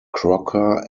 crocker